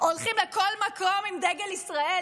הולכים לכל מקום עם דגל ישראל.